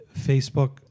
Facebook